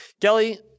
Kelly